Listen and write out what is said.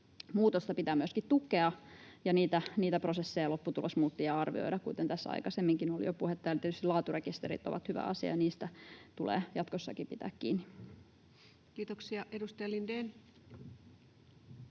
Muutosta pitää myöskin tukea ja prosesseja ja lopputulosmuuttujia arvioida, kuten tässä aikaisemminkin oli jo puhetta. Ja tietysti laaturekisterit ovat hyvä asia, ja niistä tulee jatkossakin pitää kiinni. [Speech 50] Speaker: